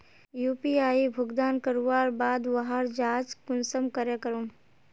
UPI भुगतान करवार बाद वहार जाँच कुंसम करे करूम?